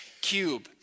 cube